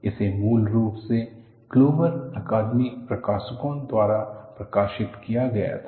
इसे मूल रूप से क्लूवर अकादमिक प्रकाशकों द्वारा प्रकाशित किया गया था